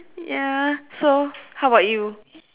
ya so how about you